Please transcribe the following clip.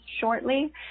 shortly